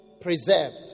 preserved